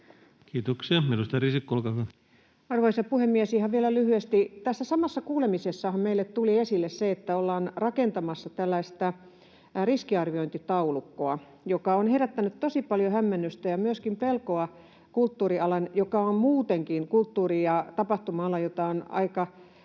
muuttamisesta Time: 18:30 Content: Arvoisa puhemies! Ihan vielä lyhyesti: Tässä samassa kuulemisessahan meille tuli esille se, että ollaan rakentamassa tällaista riskiarviointitaulukkoa, joka on herättänyt tosi paljon hämmennystä ja myöskin pelkoa kulttuuri‑ ja tapahtuma-alalla, jota on